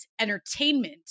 entertainment